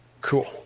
cool